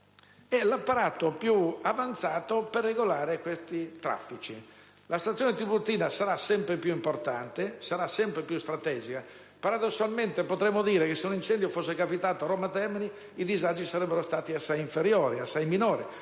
l'apparato più avanzato per regolare questi traffici. La stazione Tiburtina sarà sempre più importante e strategica. Paradossalmente, potremmo dire che se un incendio si fosse verificato a Roma Termini, i disagi sarebbero stati assai minori rispetto